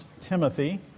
Timothy